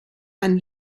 ein